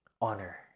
honor